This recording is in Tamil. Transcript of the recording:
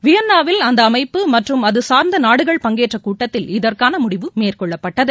வியன்னாவில் அந்தஅமைப்பு மற்றும் அதுசார்ந்தநாடுகள் பங்கேற்கூட்டத்தில் இதற்கானமுடிவு மேற்கொள்ளப்பட்டது